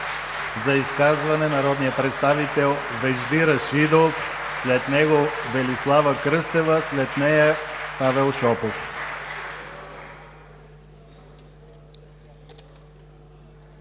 За изказване – народният представител Вежди Рашидов. След него Велислава Кръстева, след нея Павел Шопов.